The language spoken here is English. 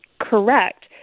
correct